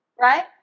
right